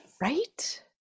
right